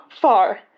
far